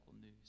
news